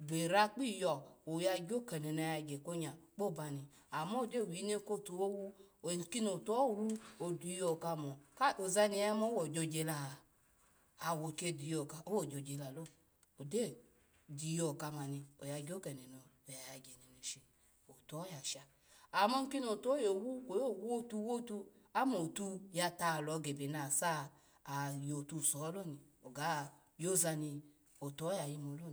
gbera kpiyo oya gyo kede no yagya ko nya kpoba amu gyo wino kotu wuwo kino tuho wo odiyo kamo ozani yaya ma owu gyagyo la awo kediyo ka kwo wo gyo gyo la lo, ogyo diyoka mani ya gyo kede no yagya neneshi otuho ya sha, ama kini out oye wu kwo owutu wutu omo tu ya taha olo gebe nasa ayo tuso loni, oga yoza no tuho ya yimu loni